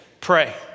pray